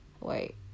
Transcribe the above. Wait